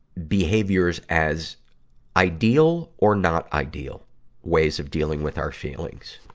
behaviors as ideal or not ideal ways of dealing with our feelings.